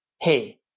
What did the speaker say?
hey